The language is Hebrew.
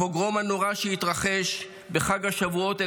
הפוגרום הנורא שהתרחש בחג השבועות 1941,